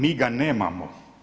Mi ga nemamo.